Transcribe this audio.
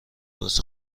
واسه